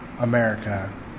America